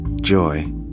joy